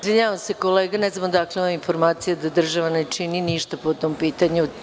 Izvinjavam se, kolega, ne znam odakle vam informacija da država ne čini ništa po tom pitanju?